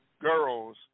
girls